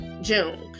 June